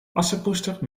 assepoester